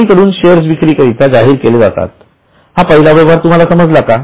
कंपनीकडून शेअर्स विक्रीकरिता जाहीर केले जातात हा पहिला व्यवहार तुम्हाला समजला का